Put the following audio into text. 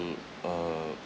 uh